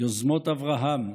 יוזמות אברהם,